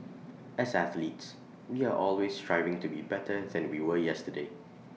as athletes we are always striving to be better than we were yesterday